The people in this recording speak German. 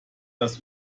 das